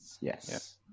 Yes